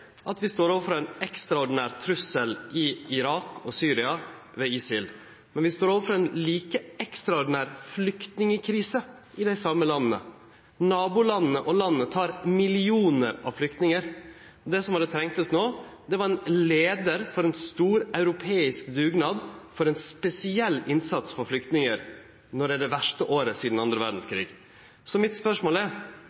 at vi står overfor ein ekstraordinær trussel i Irak og Syria ved ISIL, men vi står overfor ein like ekstraordinær flyktningkrise i dei same landa. Og nabolanda tek imot millionar av flyktningar. Det som hadde trungest no, var ein leiar for ein stor europeisk dugnad for ein spesiell innsats for flyktningar, når det er det verste året sidan den andre